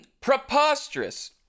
Preposterous